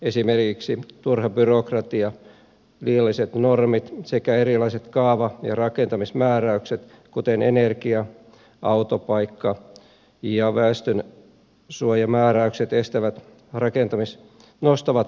esimerkiksi turha byrokratia liialliset normit sekä erilaiset kaava ja rakentamismääräykset kuten energia autopaikka ja väestönsuojamääräykset nostavat rakentamiskustannuksia